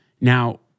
Now